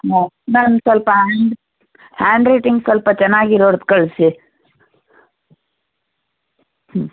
ಹಾಂ ಮ್ಯಾಮ್ ಸ್ವಲ್ಪ hand handwriting ಸ್ವಲ್ಪ ಚನ್ನಾಗಿರೋರ್ದು ಕಳಿಸಿ ಹ್ಞೂ